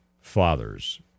fathers